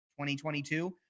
2022